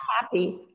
happy